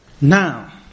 now